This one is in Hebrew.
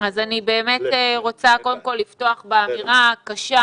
אני רוצה קודם כל לפתוח באמירה הקשה